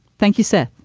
thank you sir.